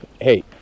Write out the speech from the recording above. Hey